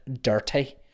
dirty